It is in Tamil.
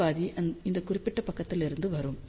மற்ற பாதி இந்த குறிப்பிட்ட பக்கத்திலிருந்து வரும்